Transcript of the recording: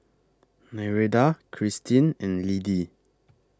Nereida Kristin and Liddie